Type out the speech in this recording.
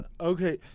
Okay